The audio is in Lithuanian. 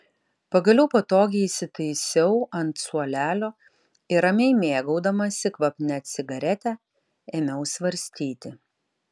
pagaliau patogiai įsitaisiau ant suolelio ir ramiai mėgaudamasi kvapnia cigarete ėmiau svarstyti